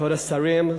כבוד השרים,